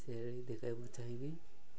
ଶୈଳି ଦେଖାଇବାକୁ ଚାହିଁବି